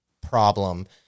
problem